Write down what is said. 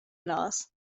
laws